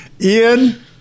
Ian